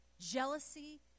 jealousy